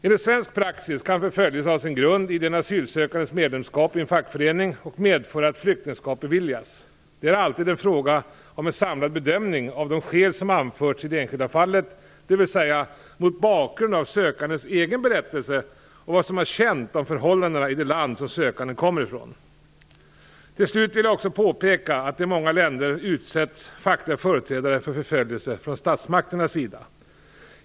Enligt svensk praxis kan förföljelse ha sin grund i den asylsökandes medlemskap i en fackförening och medföra att flyktingskap beviljas. Det är alltid en fråga om en samlad bedömning av de skäl som anförts i det enskilda fallet, dvs. mot bakgrund av sökandens egen berättelse och vad som är känt om förhållandena i det land som sökanden kommer från. Till slut vill jag också påpeka att fackliga företrädare i många länder utsätts för förföljelse från statsmaktens sida.